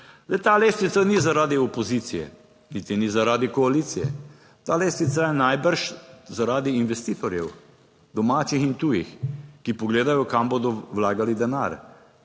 ta lestvica ni zaradi opozicije, niti ni zaradi koalicije, ta lestvica je najbrž zaradi investitorjev, domačih in tujih, ki pogledajo, kam bodo vlagali denar,